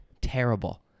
terrible